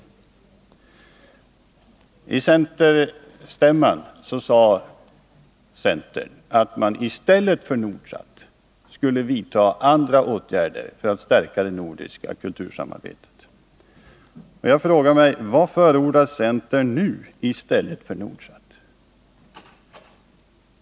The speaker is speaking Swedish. Vid centerstämman sade centern att man i stället för Nordsat skulle vidta andra åtgärder för att stärka det nordiska kultursamarbetet. Vad förordar centern nu i stället för Nordsat?